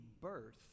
birth